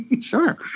Sure